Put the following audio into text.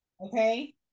Okay